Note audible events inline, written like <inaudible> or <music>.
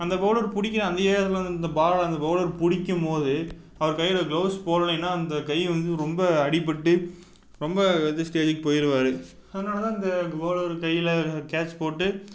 அந்த பவுலர் பிடிக்க <unintelligible> அந்த பாலை அந்த பவுலர் பிடிக்கிம்போது அவர் கையில் கிளவுஸ் போட்லையின்னா அந்த கை வந்து ரொம்ப அடிப்பட்டு ரொம்ப இது ஸ்டேஜிக்கு போயிருவார் அதனாலதான் இந்த பவுலர் கையில் கேட்ச் போட்டு